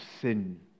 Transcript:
sin